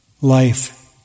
life